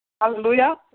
Hallelujah